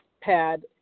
pad